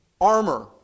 armor